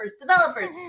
developers